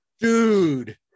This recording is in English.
Dude